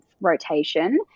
rotation